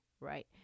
right